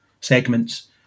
segments